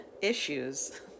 issues